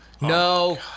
no